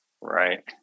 Right